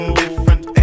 different